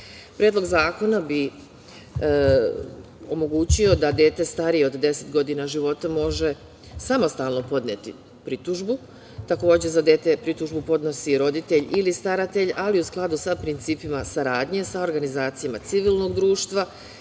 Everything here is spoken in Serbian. Predlog zakona bi omogućio da dete starije od 10 godina života može samostalno podneti pritužbu, takođe za dete pritužbu podnosi roditelj ili staratelj, ali u skladu sa principima saradnje, sa organizacijama civilnog društva